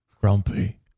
grumpy